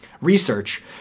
research